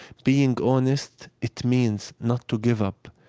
being honest, it means not to give up.